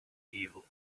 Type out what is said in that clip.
evil